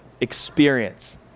experience